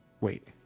Wait